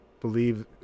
believe